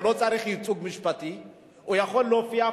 הוא לא צריך ייצוג משפטי, הוא יכול להופיע.